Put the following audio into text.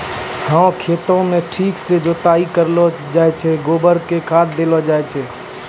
है खेतों म ठीक सॅ जुताई करलो जाय छै, गोबर कॅ खाद देलो जाय छै